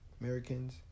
Americans